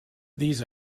these